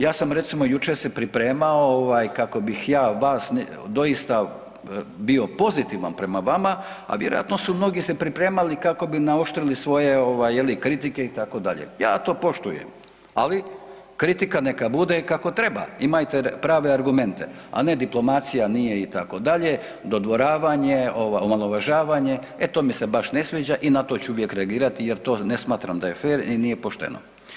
Ja sam recimo jučer se pripremao kako bih ja vas doista bio pozitivan prema vama, a vjerojatno su mnogi se pripremali kako bi naoštrili svoje kritike itd., ja to poštujem, ali kritika neka bude kako treba imate prave argumente, a ne diplomacija nije itd., dodvoravanje, omalovažavanje, e to mi se baš ne sviđa i na to ću uvijek reagirati jer to ne smatram da je fer i nije pošteno.